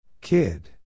Kid